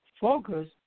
focus